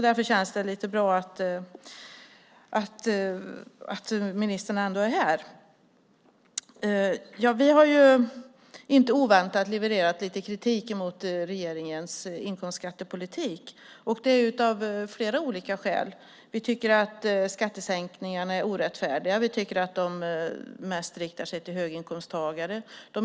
Därför känns det bra att ministern nu är här. Vi har inte oväntat levererat lite kritik mot regeringens inkomstskattepolitik, och det är av flera olika skäl. Vi tycker att skattesänkningarna är orättfärdiga. Vi tycker att de mest riktar sig till höginkomsttagare.